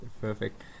Perfect